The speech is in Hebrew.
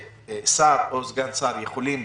ששר או סגן שר יכולים